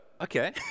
okay